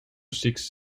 six